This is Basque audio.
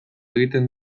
egiten